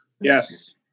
Yes